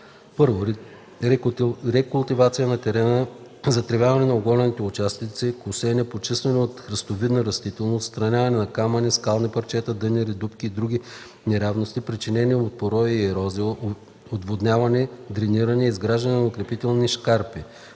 1. рекултивация на терена: затревяване на оголени участъци, косене, почистване от храстовидна растителност, отстраняване на камъни, скални парчета, дънери, дупки и други неравности, причинени от порои и ерозия, отводняване, дрениране, изграждане на укрепителни шкарпи;